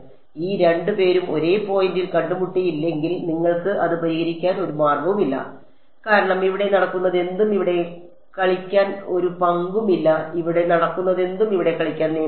ഈ 2 പേരും ഒരേ പോയിന്റിൽ കണ്ടുമുട്ടിയില്ലെങ്കിൽ നിങ്ങൾക്ക് അത് പരിഹരിക്കാൻ ഒരു മാർഗവുമില്ല കാരണം ഇവിടെ നടക്കുന്നതെന്തും ഇവിടെ കളിക്കാൻ ഒരു പങ്കുമില്ല ഇവിടെ നടക്കുന്നതെന്തും ഇവിടെ കളിക്കാൻ നിയമമില്ല